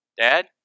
Dad